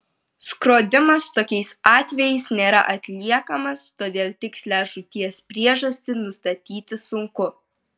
skrodimas tokiais atvejais nėra atliekamas todėl tikslią žūties priežastį nustatyti sunku